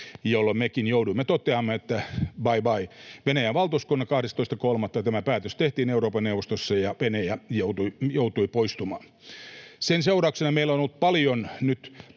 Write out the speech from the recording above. jolloin mekin jouduimme toteamaan bye-bye Venäjän valtuuskunnalle. 12.3. tämä päätös tehtiin Euroopan neuvostossa ja Venäjä joutui poistumaan. Sen seurauksena meillä on ollut paljon nyt